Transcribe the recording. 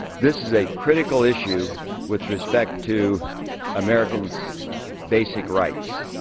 this is a critical issue with respect to americans' basic rights.